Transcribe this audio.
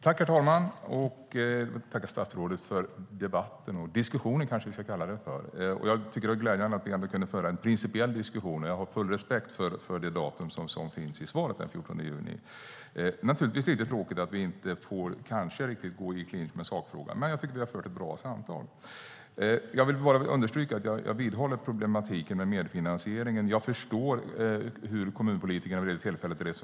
Herr talman! Jag vill tacka statsrådet för debatten eller diskussionen kanske vi ska kalla det för. Jag tycker att det är glädjande att vi ändå kunde föra en principiell diskussion. Jag har full respekt för det datum som finns i svaret, den 14 juni. Naturligtvis är det tråkigt att vi kanske inte riktigt får gå i clinch med sakfrågan, men jag tycker att vi har fört ett bra samtal. Jag vill bara understryka att jag vidhåller problematiken med medfinansieringen, även om jag förstår hur kommunpolitikerna resonerade vid det tillfället.